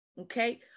okay